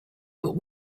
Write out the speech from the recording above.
but